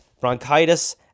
bronchitis